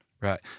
Right